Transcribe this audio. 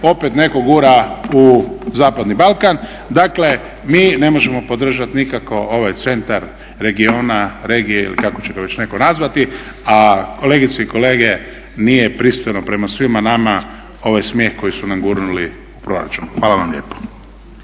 opet netko gura u Zapadni Balkan. Dakle mi ne možemo podržati nikako ovaj centar regiona, regije ili kako će ga već netko nazvati. A kolegice i kolege nije pristojno prema svima nama ovaj smijeh koji su nam gurnuli u proračun. Hvala vam lijepo.